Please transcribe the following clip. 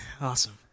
Awesome